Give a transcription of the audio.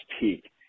Peak